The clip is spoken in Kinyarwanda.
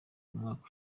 umwaka